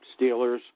Steelers